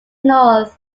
north